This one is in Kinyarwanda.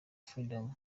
freedom